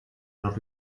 los